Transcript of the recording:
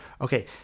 Okay